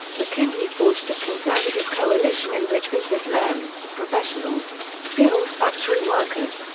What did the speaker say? mckinley forged a conservative coalition in which businessmen, professionals, skilled factory workers,